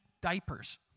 diapers